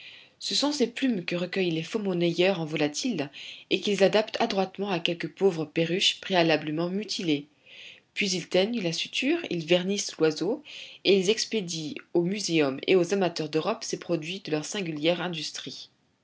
ce sont ces plumes que recueillent les faux-monnayeurs en volatiles et qu'ils adaptent adroitement à quelque pauvre perruche préalablement mutilée puis ils teignent la suture ils vernissent l'oiseau et ils expédient aux muséums et aux amateurs d'europe ces produits de leur singulière industrie